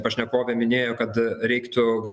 pašnekovė minėjo kad reiktų